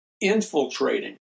Infiltrating